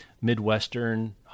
Midwestern